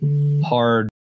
hard